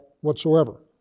whatsoever